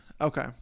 Okay